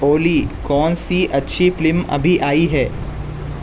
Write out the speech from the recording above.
اولی کون سی اچھی فلم ابھی آئی ہے